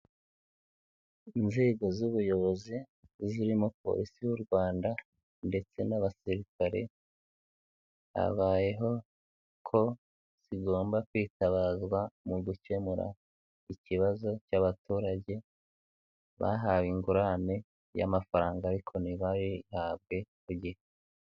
Inzego z'ubuyobozi zirimo Polisi y'u Rwanda ndetse n'abasirikare, habayeho ko zigomba kwitabazwa mu gukemura ikibazo cy'abaturage bahawe ingurane y'amafaranga ariko ntibayihabwe ku gihe.